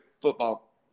football